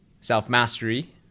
self-mastery